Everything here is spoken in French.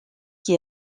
qui